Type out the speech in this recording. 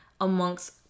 amongst